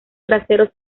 traseros